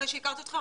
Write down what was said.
אחרי שהכרתי אתכם,